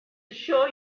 show